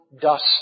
dust